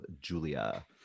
Julia